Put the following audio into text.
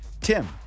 Tim